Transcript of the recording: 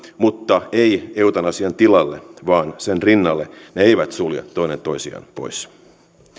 mutta ei eutanasian tilalle vaan sen rinnalle ne eivät sulje toinen toisiaan pois